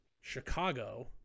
Chicago